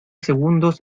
segundos